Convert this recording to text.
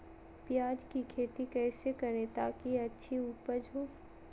प्याज की खेती कैसे करें ताकि अच्छी उपज हो?